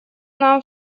нам